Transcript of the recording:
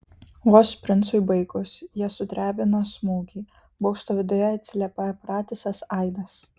vos princui baigus jas sudrebino smūgiai bokšto viduje atsiliepė pratisas aidas